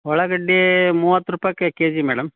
ಉಳ್ಳಾಗಡ್ಡೆ ಮೂವತ್ತು ರೂಪಾಯಿ ಕೆಜಿ ಮೇಡಮ್